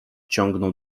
ciągnął